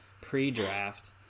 pre-draft